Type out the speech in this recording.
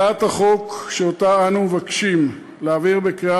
הצעת החוק שאנו מבקשים להעביר בקריאה